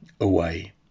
away